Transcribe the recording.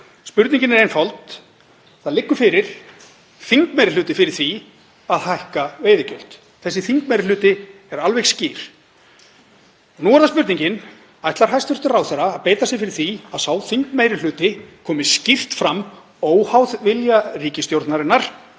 Spurningin er einföld. Það liggur fyrir þingmeirihluti fyrir því að hækka veiðigjöld. Þessi þingmeirihluti er alveg skýr. Nú er spurningin: Ætlar hæstv. ráðherra að beita sér fyrir því að sá þingmeirihluti komi skýrt fram, óháð vilja ríkisstjórnarinnar,